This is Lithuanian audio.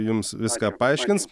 jums viską paaiškins